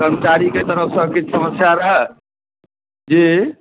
कर्मचारीक तरफसँ किछु समस्या रहय जी